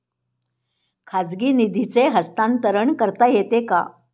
खाजगी निधीचे हस्तांतरण करता येते का?